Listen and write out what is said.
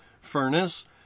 furnace